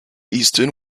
eastern